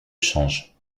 change